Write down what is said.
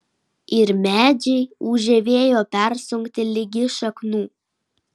ir medžiai ūžią vėjo persunkti ligi šaknų